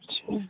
अच्छा